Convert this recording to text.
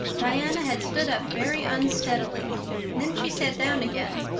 diana had stood up very unsteadily then she sat down again,